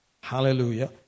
Hallelujah